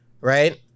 right